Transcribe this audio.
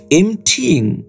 emptying